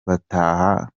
bataha